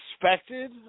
Expected